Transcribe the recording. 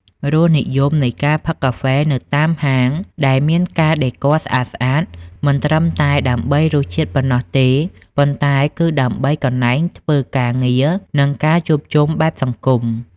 រសនិយមនៃការផឹកកាហ្វេនៅតាមហាងដែលមានការដេគ័រស្អាតៗ មិនត្រឹមតែដើម្បីរសជាតិប៉ុណ្ណោះទេ ប៉ុន្តែគឺដើម្បីកន្លែងធ្វើការងារ និងការជួបជុំបែបសង្គម។